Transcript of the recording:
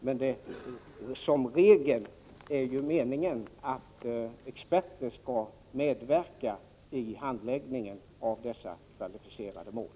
Men meningen är att experterna skall medverka vid handläggningen av dessa kvalificerade mål.